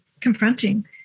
confronting